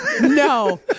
No